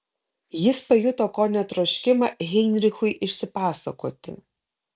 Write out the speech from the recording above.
jis pajuto kone troškimą heinrichui išsipasakoti